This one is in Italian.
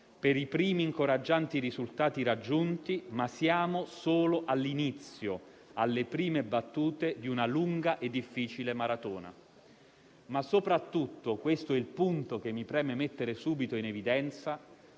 per i primi incoraggianti risultati raggiunti, ma siamo solo all'inizio, alle prime battute di una lunga e difficile maratona. Ma soprattutto - questo è il punto che mi preme mettere subito in evidenza